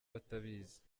batabizi